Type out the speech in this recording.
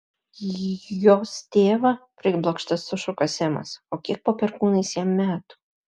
j jos tėvą priblokštas sušuko semas o kiek po perkūnais jam metų